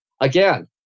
again